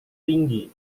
tinggi